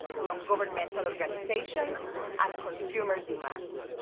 nongovernmental organizations and consumer demands.